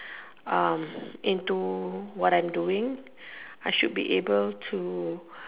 into what I'm doing I should be able to